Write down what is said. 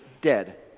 dead